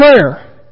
prayer